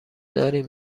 داریم